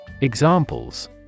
Examples